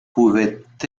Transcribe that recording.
pouvaient